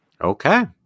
Okay